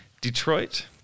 Detroit